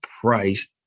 price